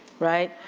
right.